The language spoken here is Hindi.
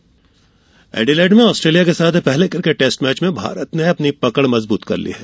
क्रिकेट एडिलेड में ऑस्ट्रेलिया के साथ पहले क्रिकेट टेस्ट मैच में भारत ने अपनी पकड़ मजबूत कर ली है